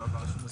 ולמכור לעצמה?